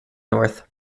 north